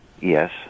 Yes